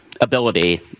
ability